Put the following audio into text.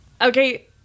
Okay